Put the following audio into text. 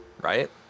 right